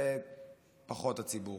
זה פחות לציבור.